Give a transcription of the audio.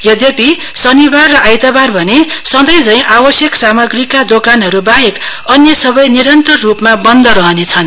यद्यपि शनिबार र आइतबार भने संधैझैं आवश्यक सामग्रीका दोकानहरू बाहेक अन्य सबै निरन्तर रूपमा बन्द रहनेछन्